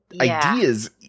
ideas